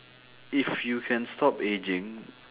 if you can stop ageing